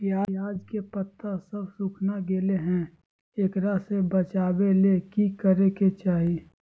प्याज के पत्ता सब सुखना गेलै हैं, एकरा से बचाबे ले की करेके चाही?